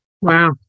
Wow